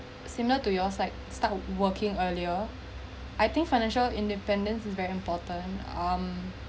similar to yours like start working earlier I think financial independence is very important um